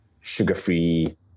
sugar-free